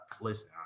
listen